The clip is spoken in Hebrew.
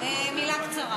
אני אקצר.